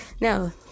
No